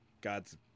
God's